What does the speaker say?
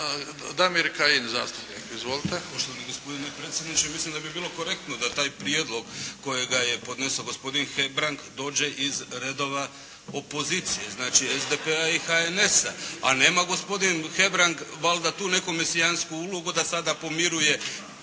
Damir Kajin, zastupnik. Izvolite.